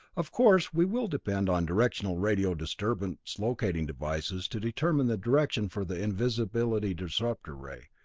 of course we will depend on directional radio disturbance locating devices to determine the direction for the invisibility disrupter ray.